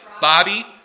Bobby